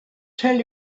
tell